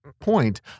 point